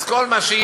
אז כל מה שיש זה,